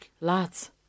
lots